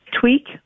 tweak